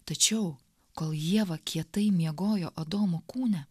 tačiau kol ieva kietai miegojo adomo kūne